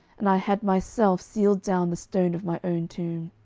and i had myself sealed down the stone of my own tomb